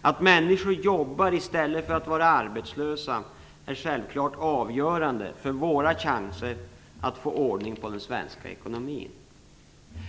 Att människor jobbar i stället för att vara arbetslösa är självfallet avgörande för våra chanser att få ordning på den svenska ekonomin.